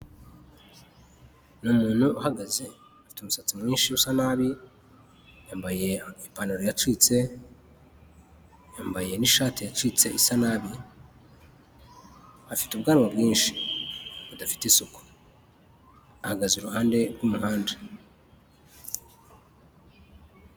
Ni umuntu uhagaze ufite umusatsi mwinshi usa nabi yambaye ipanantaro yacitse, yambaye ishati yacitse isa nabi afite ubwanwa bwinshi budafite isuku ahagaze iruhande rw'umuhanda.